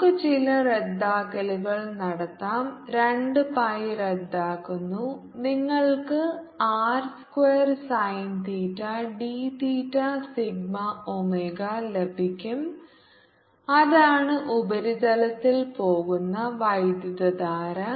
നമുക്ക് ചില റദ്ദാക്കലുകൾ നടത്താം 2 പൈ റദ്ദാക്കുന്നു നിങ്ങൾക്ക് R square sine theta d theta sigma omega ലഭിക്കും അതാണ് ഉപരിതലത്തിൽ പോകുന്ന വൈദ്യുതധാര